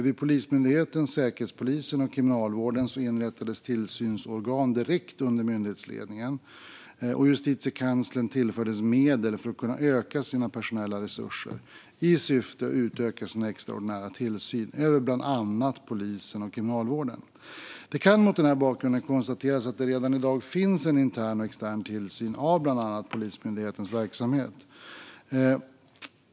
Vid Polismyndigheten, Säkerhetspolisen och Kriminalvården inrättades tillsynsorgan direkt under myndighetsledningen, och Justitiekanslern tillfördes medel för att kunna öka sina personella resurser i syfte att utöka sin extraordinära tillsyn över bland annat polisen och Kriminalvården. Det kan mot den bakgrunden konstateras att det redan i dag finns en intern och extern tillsyn av bland annat Polismyndighetens verksamhet.